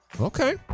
Okay